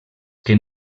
que